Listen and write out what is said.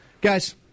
Guys